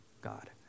God